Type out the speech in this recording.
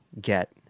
get